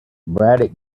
braddock